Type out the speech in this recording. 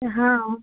हँ